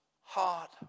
heart